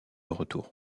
retour